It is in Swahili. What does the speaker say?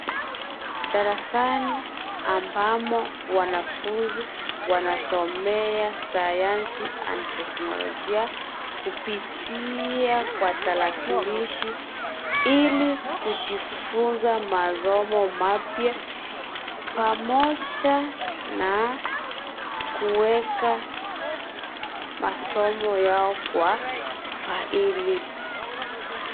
Darasani, ambamo, wanafunzi, wanasomea, sayansi, (cs)and(cs), teknolojia, kupitia kwa tarakilishi, ili, kujifunza mazomo mapya, pamocha, na, kuweka, masomo yao kwa, faili.